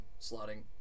slotting